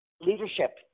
leadership